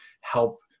help